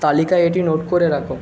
তালিকায় এটি নোট করে রাখো